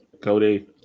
Cody